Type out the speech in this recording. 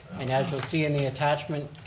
and as you'll see in the attachment